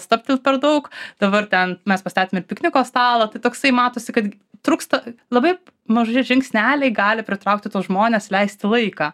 stabtelt per daug dabar ten mes pastatėme pikniko stalą tai toksai matosi kad trūksta labai maži žingsneliai gali pritraukti tuos žmones leisti laiką